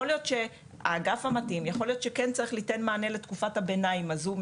יכול להיות שכן צריך ליתן מענה לתקופת הביניים הזו.